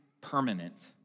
permanent